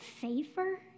safer